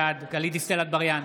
בעד גלית דיסטל אטבריאן,